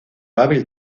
hábil